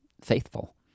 faithful